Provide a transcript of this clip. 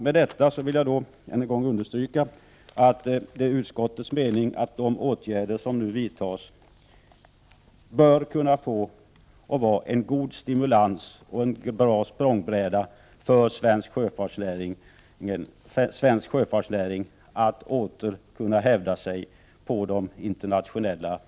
Med detta vill jag än en gång understryka att det är utskottets mening att de åtgärder som nu vidtas bör kunna vara en god stimulans och en bra språngbräda för svensk sjöfartsnäring att åter kunna hävda sig på de Prot. 1988/89:46 internationella haven.